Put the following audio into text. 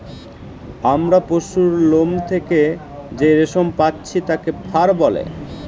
আমরা পশুর লোম থেকে যেই রেশম পাচ্ছি তাকে ফার বলে